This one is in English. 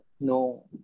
no